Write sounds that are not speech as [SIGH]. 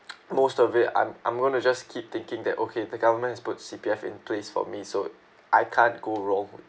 [NOISE] most of it I'm I'm going to just keep thinking that okay the government has puts C_P_F in place for me so I can't go wrong